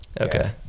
Okay